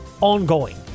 ongoing